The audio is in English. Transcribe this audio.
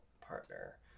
partner